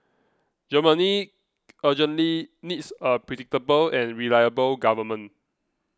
Germany urgently needs a predictable and reliable government